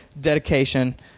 dedication